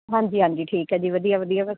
ਹਾਂਜੀ ਹਾਂਜੀ ਠੀਕ ਹੈ ਜੀ ਵਧੀਆ ਵਧੀਆ